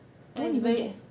that one is very